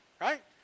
Right